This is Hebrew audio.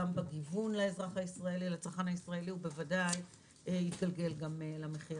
גם בגיוון לצרכן הישראלי ובוודאי יתורגם למחיר.